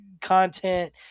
content